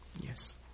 Yes